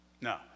no